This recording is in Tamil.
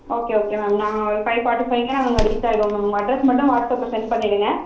ஓகே ஓகே மேம் நாங்கள் ஒரு ஃபைவ் ஃபார்ட்டி ஃபைவே நாங்கள் ரீச் ஆகிடுவோம் மேம் உங்கள் அட்ரஸ் மட்டும் வாட்ஸ்அப்பில் செண்ட் பண்ணிடுங்க